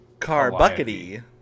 Carbuckety